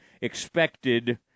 expected